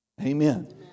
Amen